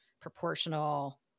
proportional